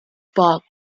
park